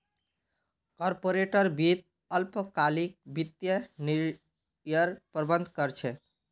corporate वित्त अल्पकालिक वित्तीय निर्णयर प्रबंधन कर छे